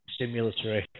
stimulatory